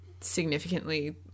significantly